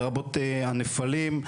לרבות הנפלים,